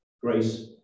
grace